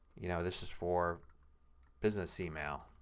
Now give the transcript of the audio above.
you know, this is for business email.